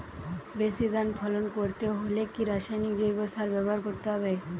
বেশি ধান ফলন করতে হলে কি রাসায়নিক জৈব সার ব্যবহার করতে হবে?